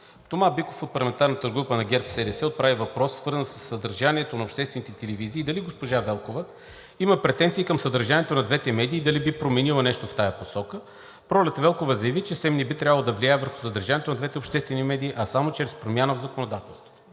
Тома Биков от парламентарната група на ГЕРБ-СДС отправи въпрос, свързан със съдържанието на обществените телевизии и дали госпожа Велкова има претенции към съдържанието на двете медии и дали би променила нещо в тази насока. Пролет Велкова заяви, че СЕМ не би трябвало да влияе върху съдържанието на двете обществени медии, а само чрез промяна в законодателството.